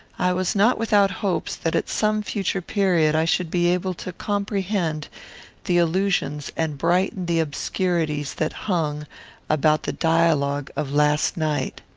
i was not without hopes that at some future period i should be able to comprehend the allusions and brighten the obscurities that hung about the dialogue of last night.